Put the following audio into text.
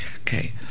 Okay